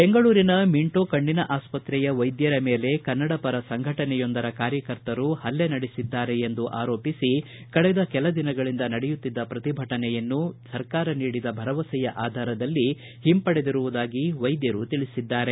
ಬೆಂಗಳೂರಿನ ಮಿಂಟೋ ಕಣ್ಣಿನ ಆಸ್ಪತ್ರೆಯ ವೈದ್ಯರ ಮೇಲೆ ಕನ್ನಡ ಪರ ಸಂಘಟನೆಯೊಂದರ ಕಾರ್ಯಕರ್ತರು ಪಲ್ಲೆ ನಡೆಸಿದ್ದಾರೆ ಎಂದು ಆರೋಪಿಸಿ ಕಳೆದ ಕೆಲ ದಿನಗಳಿಂದ ನಡೆಯುತ್ತಿದ್ದ ಪ್ರತಿಭಟನೆಯನ್ನು ಇಂದು ಸರ್ಕಾರ ನೀಡಿದ ಭರವಸೆಯ ಆಧಾರದಲ್ಲಿ ಹಿಂಪಡೆದಿರುವುದಾಗಿ ವೈದ್ಯರು ತಿಳಿಸಿದ್ದಾರೆ